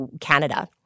Canada